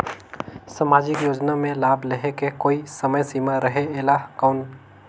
समाजिक योजना मे लाभ लहे के कोई समय सीमा रहे एला कौन?